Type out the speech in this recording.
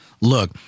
look